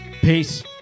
Peace